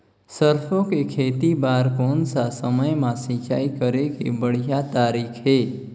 सरसो के खेती बार कोन सा समय मां सिंचाई करे के बढ़िया तारीक हे?